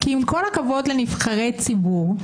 כי עם כל הכבוד לנבחרי ציבור,